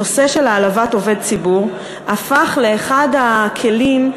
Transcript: הנושא של העלבת עובד ציבור הפך לאחד הכלים,